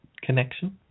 connection